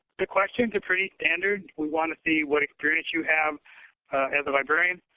the questions are pretty standard. we want to see what experience you have as a librarian.